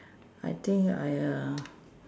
I think !aiya!